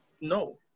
No